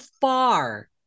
far